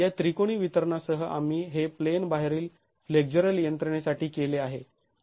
या त्रिकोणी वितरणासह आम्ही हे प्लेन बाहेरील फ्लेक्झरल यंत्रणेसाठी केले आहे